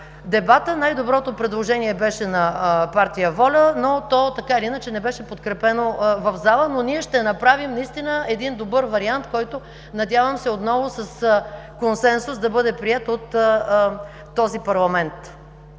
дебата. Най-доброто предложение беше на партия „Воля“, но то не беше подкрепено в залата. Ние ще направим един добър вариант, който, надявам се, отново с консенсус да бъде приет от този парламент.